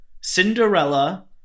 Cinderella